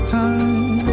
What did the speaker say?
time